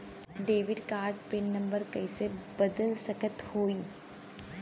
Debit card क pin number कइसे बदल सकत हई?